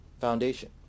Foundation